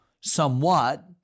somewhat